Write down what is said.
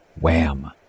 wham